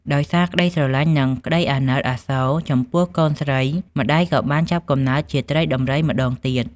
ដោយសារក្តីស្រឡាញ់និងក្តីអាណិតអាសូរចំពោះកូនស្រី ម្តាយក៏បានចាប់កំណើតជាត្រីដំរីម្តងទៀត។